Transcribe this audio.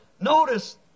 notice